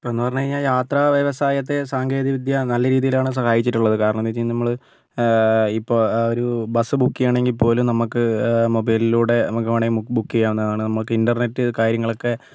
ഇപ്പം എന്ന് പറഞ്ഞ് കഴിഞ്ഞാൽ യാത്രാ വ്യവസായത്തെ സാങ്കേതിക വിദ്യ നല്ല രീതിയിലാണ് സഹായിച്ചിട്ടുള്ളത് കാരണമെന്നുവെച്ചാൽ നമ്മൾ ഇപ്പോൾ ഒരു ബസ്സ് ബുക്ക് ചെയ്യണമെങ്കിൽ പോലും നമുക്ക് മൊബൈലിലൂടെ നമുക്ക് വേണമെങ്കിൽ ബുക്ക് ചെയ്യാവുന്നതാണ് നമുക്ക് ഇൻ്റർനെറ്റ് കാര്യങ്ങളൊക്കേ